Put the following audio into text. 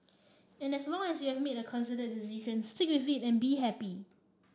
and as long as you have made a considered decision stick with it and be happy